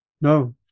No